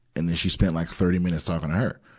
and then she spent like thirty minutes talking to her,